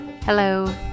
Hello